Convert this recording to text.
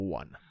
one